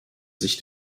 sich